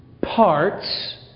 parts